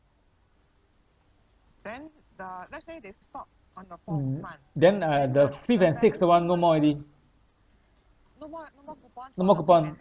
mm then uh the fifth and sixth that [one] no more already no more coupon